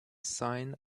signs